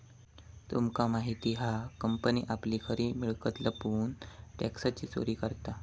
तुमका माहित हा कंपनी आपली खरी मिळकत लपवून टॅक्सची चोरी करता